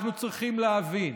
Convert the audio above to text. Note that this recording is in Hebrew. אנחנו צריכים להבין: